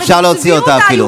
אפשר להוציא אותה אפילו.